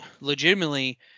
legitimately